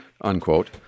unquote